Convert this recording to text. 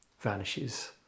vanishes